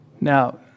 Now